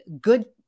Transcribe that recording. good